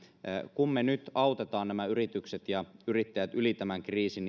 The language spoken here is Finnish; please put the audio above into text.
kun me nyt autamme nämä yritykset ja yrittäjät yli tämän kriisin